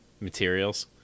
materials